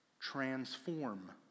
transform